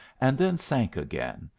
and then sank again,